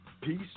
peace